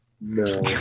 No